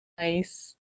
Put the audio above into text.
nice